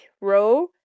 row